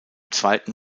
zweiten